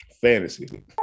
Fantasy